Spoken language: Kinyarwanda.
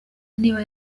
niba